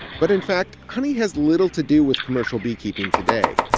but, in fact, honey has little to do with commercial beekeeping today.